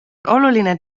oluline